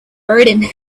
rodin